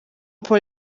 paul